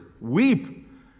Weep